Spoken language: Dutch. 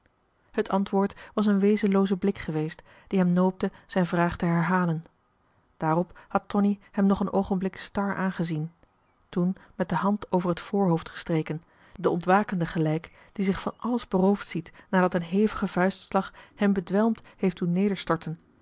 het antwoord was een wezenlooze blik geweest die hem noopte zijn vraag te herhalen daarop had tonie hem nog een oogenblik star aangezien toen met de hand over het voorhoofd gestreken den ontwakende gelijk die zich van alles beroofd ziet nadat een hevige vuistslag hem bedwelmd heeft doen